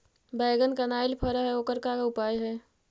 बैगन कनाइल फर है ओकर का उपाय है?